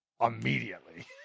immediately